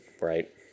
right